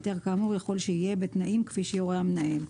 היתר כאמור יכול שיהיה בתנאים כפי שיורה המנהל.